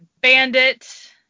Bandit